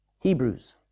Hebrews